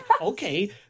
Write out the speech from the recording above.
okay